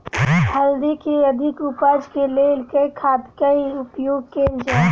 हल्दी केँ अधिक उपज केँ लेल केँ खाद केँ प्रयोग कैल जाय?